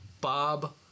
Bob